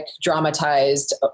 dramatized